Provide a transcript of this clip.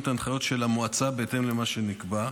את ההנחיות של המועצה בהתאם למה שנקבע.